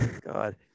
God